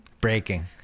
Breaking